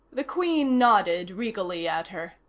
the queen nodded regally at her.